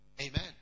Amen